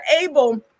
able